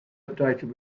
updated